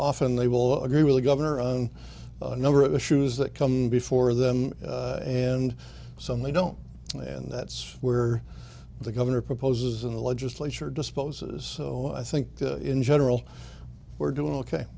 often they will agree with the governor on a number of issues that come before them and some they don't and that's where the governor proposes in the legislature disposes so i think in general we're doing ok